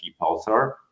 Pulsar